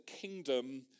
kingdom